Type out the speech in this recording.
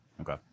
Okay